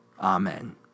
Amen